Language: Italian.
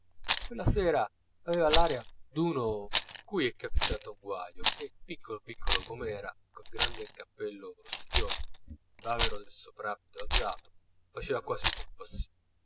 quella sera aveva l'aria d'uno cui è capitato un guaio e piccolo piccolo com'era col gran cappello su gli occhi il bavero del soprabito alzato faceva quasi